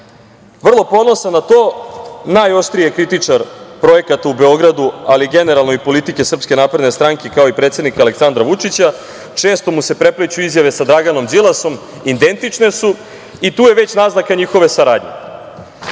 Vrlo ponosan na to, najoštriji je kritičar projekata u Beogradu, ali generalno i politike SNS, kao i predsednika Aleksandra Vučića. Često mu se prepliću izjave sa Draganom Đilasom, identične su i tu je već naznaka njihove saradnje. Kako